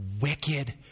wicked